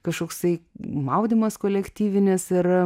kažkoksai maudymas kolektyvinis ir